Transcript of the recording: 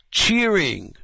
cheering